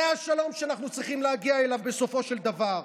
זה השלום שאנחנו שצריכים להגיע אליו בסופו של דבר.